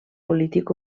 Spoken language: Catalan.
polític